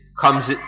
comes